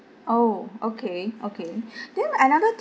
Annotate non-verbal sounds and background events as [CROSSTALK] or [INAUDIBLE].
oh okay okay [BREATH] then another